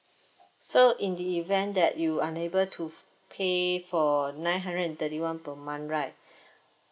so in the event that you unable to f~ pay for nine hundred and thirty one per month right